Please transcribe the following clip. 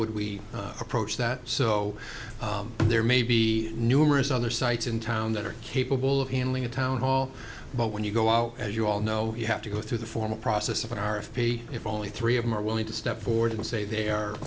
would we approach that so there may be numerous other sites in town that are capable of handling a town hall but when you go out as you all know you have to go through the formal process of an r f p if only three of them are willing to step forward and say they are